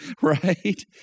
Right